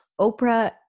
Oprah